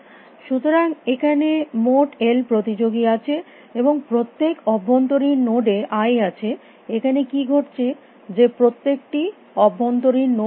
সুতরাং এখানে মোট এল প্রতিযোগী আছে এবং প্রত্যেক অভ্যন্তরীণ নোড এ আই আছে এখানে কী ঘটছে যে প্রত্যেকটি অভ্যন্তরীণ নোড হিট এ